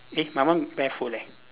eh my one barefoot leh